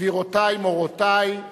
גבירותי, מורותי,